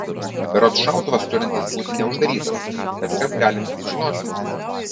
berods šautuvas turintis būti neuždarytas bet kas galintis žinoti